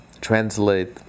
translate